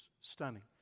stunning